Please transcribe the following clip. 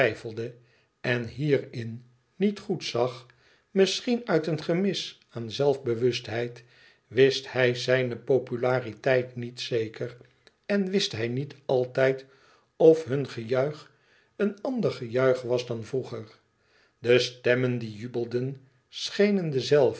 en hierin niet goed zag misschien uit een gemis aan zelfbewustheid wist hij zijne populariteit niet zeker en wist hij niet altijd of hun gejuich een ander gejuich was dan vroeger de stemmen die jubelden schenen de